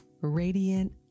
Radiant